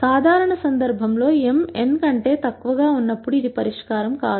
సాధారణ సందర్భంలో m n కంటే తక్కువగా ఉన్నప్పుడు ఇది పరిష్కారం కాదు